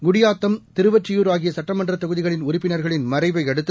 குடியாத்தம் திருவொற்றியூர் ஆகிய சட்டமன்ற தொகுதிகளின் உறுப்பினர்களின் மறைவை அடுத்து